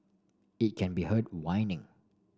it can be heard whining